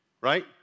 right